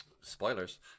Spoilers